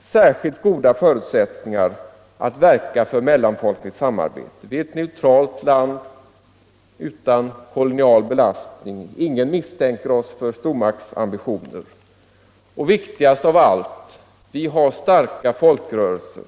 särskilt goda förutsättningar att verka för mellanfolkligt samarbete. Sverige är ett neutralt land utan kolonial belastning. Ingen misstänker oss för stormaktsambitioner. Och viktigast av allt: vi har starka folkrörelser.